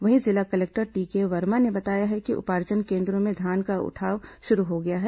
वहीं जिला collector T K Verma ने बताया है कि उपार्जन केन्द्रों से धान का उठाव शुरू हो गया है